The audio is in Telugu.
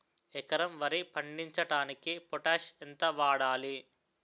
ఎకరం వరి పండించటానికి పొటాష్ ఎంత వాడాలి?